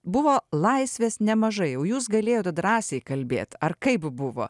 buvo laisvės nemažai jau jūs galėjote drąsiai kalbėt ar kaip buvo